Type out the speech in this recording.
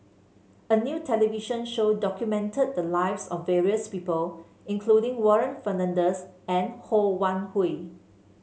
a new television show documented the lives of various people including Warren Fernandez and Ho Wan Hui